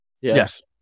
Yes